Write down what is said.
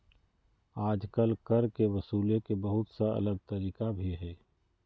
आजकल कर के वसूले के बहुत सा अलग तरीका भी हइ